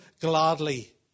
gladly